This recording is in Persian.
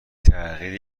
تغییر